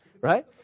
right